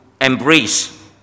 embrace